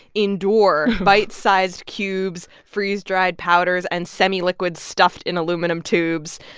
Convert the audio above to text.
endure bite-sized cubes, freeze-dried powders and semi-liquid stuffed in aluminum tubes.